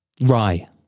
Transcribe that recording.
rye